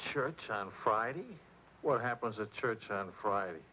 church on friday what happens at church on friday